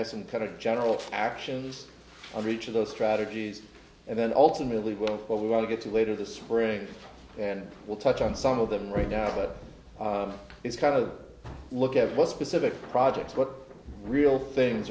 have some kind of general actions on each of those strategies and then ultimately we'll what we want to get to later this spring and we'll touch on some of them right now but it's kind of look at what specific projects what real things